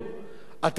אז אתם רגילים לראות